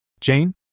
Jane